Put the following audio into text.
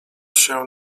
się